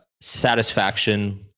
satisfaction